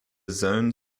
zone